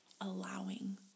allowing